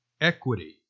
equity